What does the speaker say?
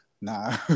nah